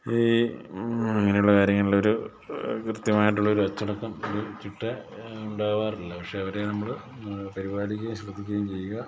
ഈ അങ്ങനെയുള്ള കാര്യങ്ങളിലൊരു കൃത്യമായിട്ടുള്ളൊരു അച്ചടക്കം ഒരു ചിട്ട ഉണ്ടാകാറില്ല പക്ഷേ അവരെ നമ്മൾ പരിപാലിക്കുകയും ശ്രദ്ധിക്കുകയും ചെയ്യുക